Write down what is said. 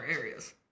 areas